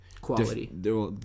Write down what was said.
Quality